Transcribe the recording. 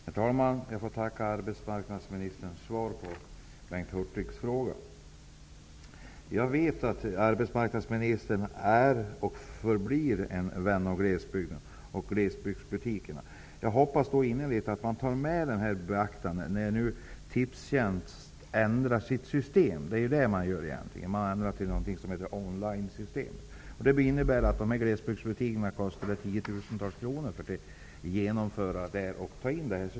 Herr talman! Jag får tacka arbetsmarknadsministern för svaret på Bengt Jag vet att arbetsmarknadsministern är och förblir en vän av glesbygden och glesbygdsbutikerna. Jag hoppas innerligt att man tar detta i beaktande när Det kostar glesbygdsbutikerna tiotusentals kronor att införa systemet.